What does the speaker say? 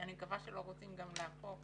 שאני מקווה שלא רוצים גם להפוך